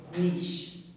niche